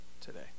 today